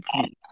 Okay